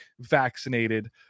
vaccinated